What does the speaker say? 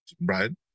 Brian